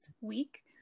week